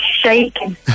shaking